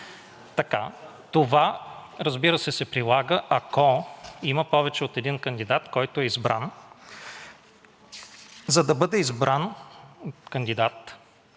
това, разбира се, се прилага, ако има повече от един кандидат, който е избран. За да бъде избран кандидат